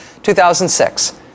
2006